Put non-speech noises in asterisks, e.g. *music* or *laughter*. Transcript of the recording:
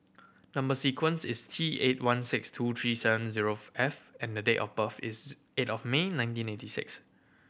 number sequence is T eight one six two three seven zero *unintelligible* F and the date of birth is eight of May nineteen eighty six